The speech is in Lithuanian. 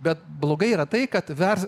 bet blogai yra tai kad vers